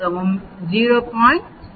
025 ஆகும்